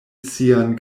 sian